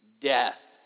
death